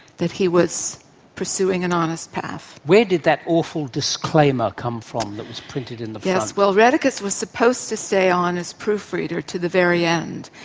that he was pursuing an honest path. where did that awful disclaimer come from that was printed in the front? yes, well, rheticus was supposed to stay on as proof reader to the very end,